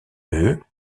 eux